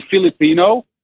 Filipino